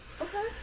Okay